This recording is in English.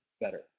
better